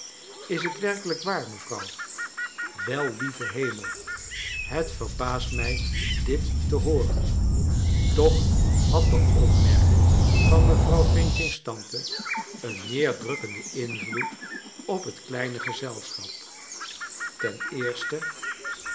is t werkelijk waar mevrouw wel lieve hemell het verbaast mij dit te hooren toch had de opmerking van mevrouw f's tante een neerdrukkenden invloed op het kleine gezelschap ten eerste